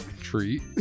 treat